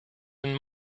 and